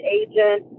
agent